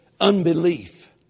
unbelief